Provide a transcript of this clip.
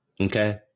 Okay